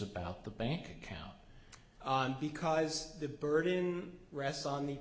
about the bank account because the burden rests on the